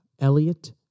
Elliot